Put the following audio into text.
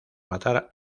matar